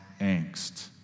angst